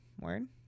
Word